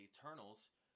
Eternals—